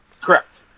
Correct